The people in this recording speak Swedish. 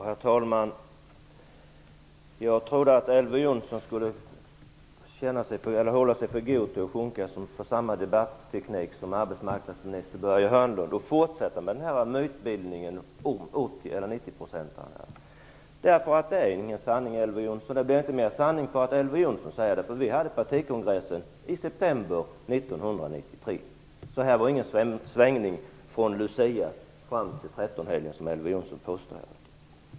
Herr talman! Jag trodde att Elver Jonsson skulle hålla sig för god för att förfalla till samma debattteknik som arbetsmarknadsminister Börje Hörnlund. Han fortsätter med mytbildningen om åtgärderna. Det är ingen sanning. Det blir inte mer sanning för att Elver Jonsson säger så. Vi hade partikongressen i september 1993. Det var ingen svängning från Lucia fram till trettonhelgen, som Elver Jonsson påstod här.